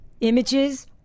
Images